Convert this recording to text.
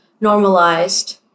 normalized